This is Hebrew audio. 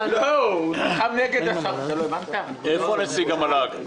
האיחוד הלאומי): איפה נציג המל"ג?